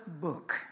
book